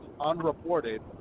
unreported